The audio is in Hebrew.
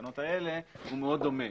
התקנות האלה, הוא מאוד דומה,